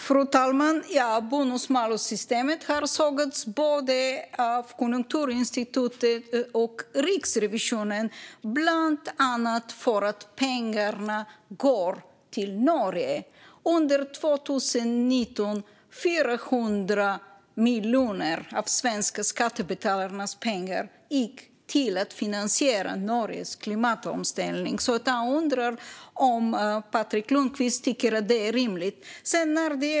Fru talman! Bonus-malus-systemet har sågats av både Konjunkturinstitutet och Riksrevisionen, bland annat för att pengarna går till Norge. Under 2019 var det 400 miljoner av de svenska skattebetalarnas pengar som gick till att finansiera Norges klimatomställning. Jag undrar om Patrik Lundqvist tycker att det är rimligt.